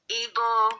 evil